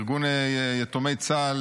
ארגון יתומי צה"ל,